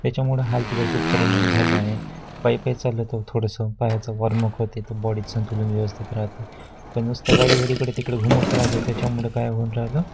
त्याच्यामुळं हाल्तीवर खूप परिणाम झाला आहे पायी पायी चाललं तर थोडंसं पायाचं वॉर्मअप होते तर बॉडीचं संतुलन व्यवस्थित राहते पण नुसत गाडीवर इकडे तिकडे घुमवत राहिललं त्याच्यामुळे काय होऊन राहिलं